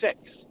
six